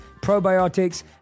probiotics